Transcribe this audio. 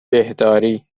دهداری